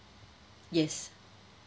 yes